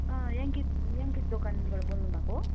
अँ याङ्कित याङ्कित दोकानबाट बोल्नुभएको हो